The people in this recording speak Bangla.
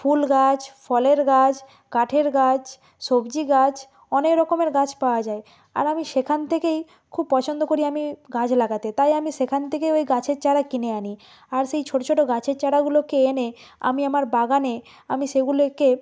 ফুল গাছ ফলের গাছ কাঠের গাছ সবজি গাছ অনেক রকমের গাছ পাওয়া যায় আর আমি সেখান থেকেই খুব পছন্দ করি আমি গাছ লাগাতে তাই আমি সেখান থেকে ওই গাছের চারা কিনে আনি আর সেই ছোটো ছোটো গাছের চারাগুলোকে এনে আমি আমার বাগানে আমি সেগুলোকে